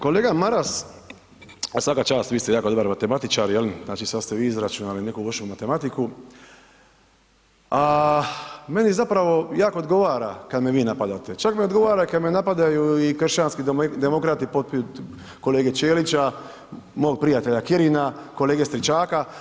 Kolega Maras, svaka čast vi ste jako dobar matematičar, je li, znači sad ste vi izračunali neku lošu matematiku, a meni zapravo jako odgovara kad me vi napadate, čak mi odgovara i kad me napadaju i kršćanski demokrati poput kolege Ćelića, mog prijatelja Kirina, kolege Stričaka.